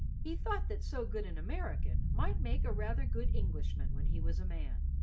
he thought that so good an american might make a rather good englishman when he was a man.